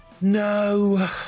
No